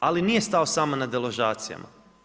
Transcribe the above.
Ali nije stao samo na deložacijama.